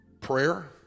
prayer